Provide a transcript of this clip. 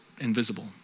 invisible